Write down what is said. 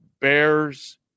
Bears